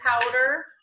powder